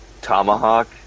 Tomahawk